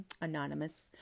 anonymous